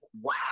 wow